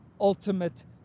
ultimate